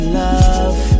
love